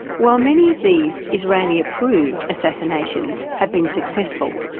while many of these israeli-approved assassinations have been successful,